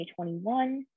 2021